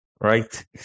right